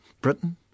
Britain